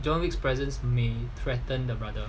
john wick presence may threaten the brother